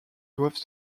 doivent